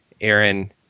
Aaron